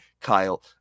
Kyle